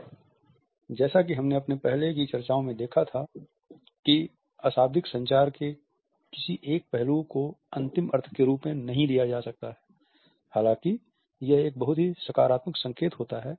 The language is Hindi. और जैसा कि हमने अपने पहले के चर्चाओं में देखा था कि अशाब्दिक संचार के किसी एक पहलू को अंतिम अर्थ के रूप में नहीं लिया जा सकता है हालाँकि यह एक बहुत ही सकारात्मक संकेत होता है